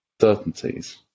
certainties